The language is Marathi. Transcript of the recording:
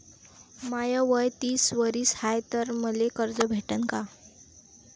माय वय तीस वरीस हाय तर मले कर्ज भेटन का?